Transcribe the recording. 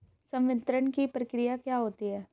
संवितरण की प्रक्रिया क्या होती है?